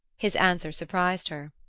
his answer surprised her.